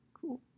cool